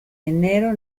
enero